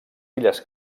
illes